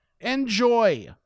Enjoy